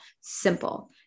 simple